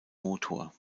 motor